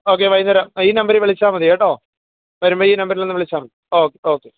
okay വൈകുന്നേരം ഈ നമ്പരീ വിളിച്ചാൽ മതി കേട്ടോ വരുമ്പം ഈ നമ്പരീ ഒന്ന് വിളിച്ചാൽ മതി ഓക്കേ ഓക്കേ